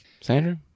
Sandra